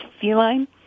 feline